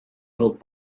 built